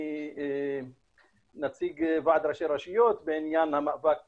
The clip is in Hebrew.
אני הנציג של ועד ראשי הרשויות בעניין המאבק